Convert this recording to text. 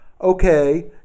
okay